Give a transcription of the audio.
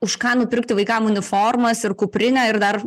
už ką nupirkti vaikam uniformas ir kuprinę ir dar